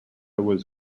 was